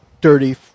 dirty